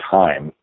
time